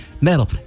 metal